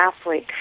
athlete